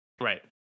Right